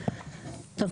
טוב,